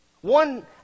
One